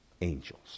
angels